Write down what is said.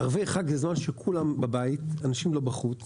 ערבי חג זה זמן שכולם לא בבית, אנשים לא בחוץ.